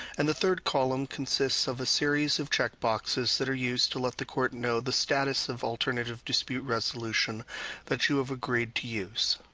and the third column consists of a series of checkboxes that are used to let the court know the status of alternative dispute resolution that you have agreed to use.